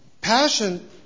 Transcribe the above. Passion